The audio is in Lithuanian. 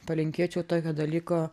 palinkėčiau tokio dalyko